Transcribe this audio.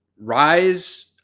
rise